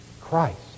Christ